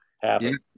happen